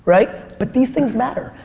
right? but these things matter.